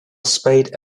spade